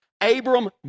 Abram